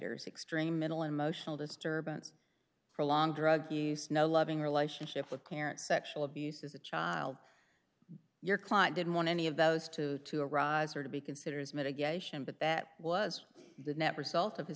rs extreme mental emotional disturbance for long drug use no loving relationship with parents sexual abuse as a child your client didn't want any of those to iraq or to be considered as mitigation but that was the net result of his